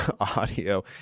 audio